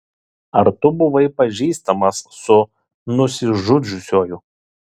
ar tu buvai pažįstamas su nusižudžiusiuoju